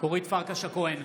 אורית פרקש הכהן,